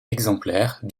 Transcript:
exemplaire